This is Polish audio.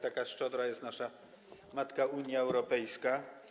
Taka szczodra jest nasza matka Unia Europejska.